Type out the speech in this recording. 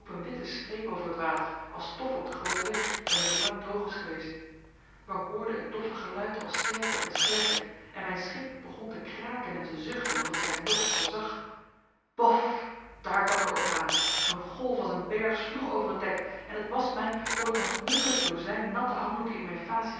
een witte streep over het water als stof op den grooten weg wanneer het lang droog is geweest wij hoorden het doffe geluid al sterker en sterker en mijn schip begon te kraken en te zuchten of het zijn lot voorzag bof daar kwam de orkaan een golf als een berg sloeg over het dek en het was mij of ik met honderd dozijn natte handdoeken in mijn facie